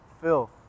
filth